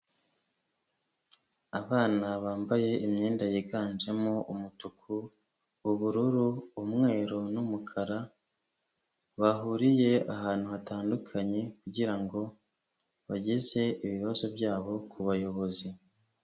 Abana bambaye imyenda yiganjemo umutuku, ubururu, umweru n'umukara bahuriye ahantu hatandukanye kugira ngo bageze ibibazo byabo ku bayobozi.